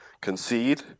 concede